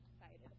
excited